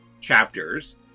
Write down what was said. chapters